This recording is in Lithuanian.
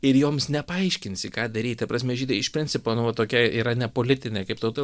ir joms nepaaiškinsi ką daryt ta prasme žydai iš principo nu va tokia yra nepolitinė kaip tauta